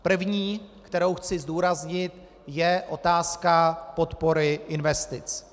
První, kterou chci zdůraznit, je otázka podpory investic.